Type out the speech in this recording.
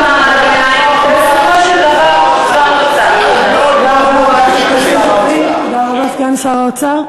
בסופו של דבר, תודה רבה, סגן שר האוצר.